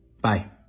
Bye